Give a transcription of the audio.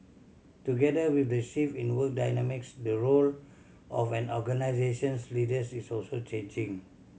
together with the shift in work dynamics the role of an organisation's leaders is also changing